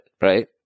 right